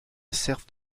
servent